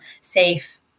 safe